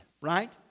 right